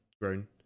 grown